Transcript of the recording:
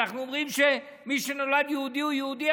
אנחנו אומרים שמי שנולד יהודי הוא יהודי,